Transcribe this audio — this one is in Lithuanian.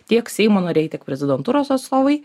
tiek seimo nariai tiek prezidentūros atstovai